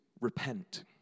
repent